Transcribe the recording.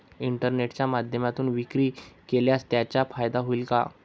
इंटरनेटच्या माध्यमातून विक्री केल्यास त्याचा फायदा होईल का?